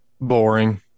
Boring